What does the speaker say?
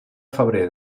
febrer